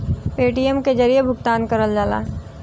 Paytm के जरिये भुगतान करल जाला